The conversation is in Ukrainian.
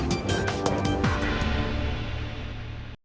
Дякую,